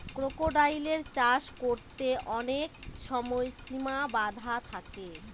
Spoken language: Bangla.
ক্রোকোডাইলের চাষ করতে অনেক সময় সিমা বাধা থাকে